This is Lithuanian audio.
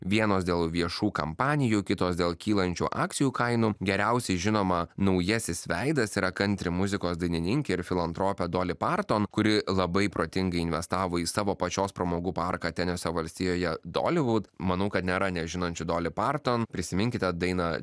vienos dėl viešų kampanijų kitos dėl kylančių akcijų kainų geriausiai žinoma naujasis veidas yra kantri muzikos dainininkė ir filantropė doli parton kuri labai protingai investavo į savo pačios pramogų parką tenesio valstijoje dolivud manau kad nėra nežinančių doli parton prisiminkite dainą